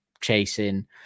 chasing